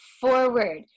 forward